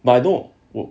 but I know